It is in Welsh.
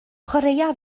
chwaraea